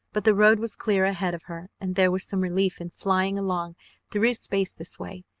but the road was clear ahead of her and there was some relief in flying along through space this way.